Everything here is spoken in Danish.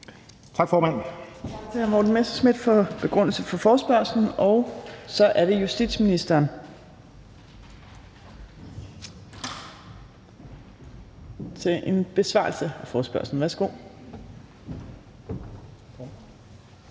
Torp): Tak til hr. Morten Messerschmidt for begrundelse for forespørgslen. Så er det justitsministeren til en besvarelse af forespørgslen. Værsgo. Kl.